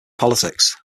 politics